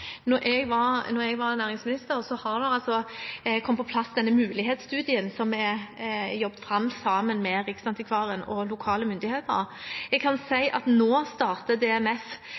jeg var næringsminister, kom den mulighetsstudien på plass som er jobbet fram sammen med Riksantikvaren og lokale myndigheter. Jeg kan si at DMF nå starter